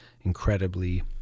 incredibly